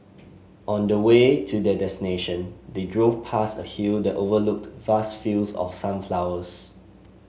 on the way to their destination they drove past a hill that overlooked vast fields of sunflowers